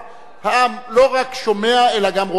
העם לא רק שומע אלא גם רואה את הקולות,